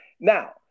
Now